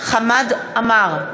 חמד עמאר,